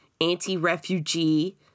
anti-refugee